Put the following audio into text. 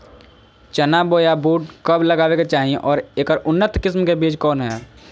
चना बोया बुट कब लगावे के चाही और ऐकर उन्नत किस्म के बिज कौन है?